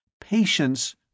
Patience